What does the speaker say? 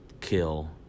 kill